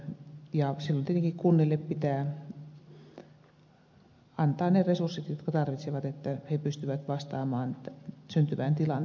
silloin tietenkin kunnille pitää antaa ne resurssit jotka ne tarvitsevat että ne pystyvät vastaamaan syntyvään tilanteeseen